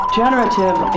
generative